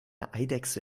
eidechse